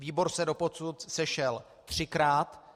Výbor se doposud sešel třikrát.